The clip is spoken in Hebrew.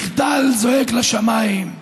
מחדל זועק לשמיים.